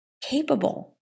capable